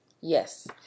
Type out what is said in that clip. Yes